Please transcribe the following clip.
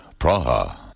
Praha